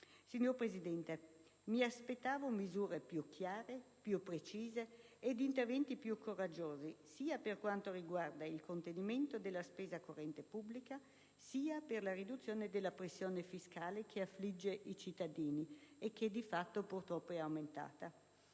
Signora Presidente, mi aspettavo misure più chiare, più precise ed interventi più coraggiosi, sia per quanto riguarda il contenimento della spesa corrente pubblica sia per la riduzione della pressione fiscale che affligge i cittadini e che di fatto purtroppo è aumentata.